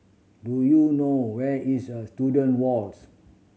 do you know where is a Student Walks